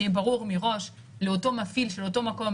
שיהיה ברור מראש לאותו מפעיל של אותו מקום,